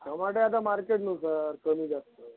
टमाटे आता मार्केटनुसार कमी जास्त